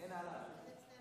אין עליו.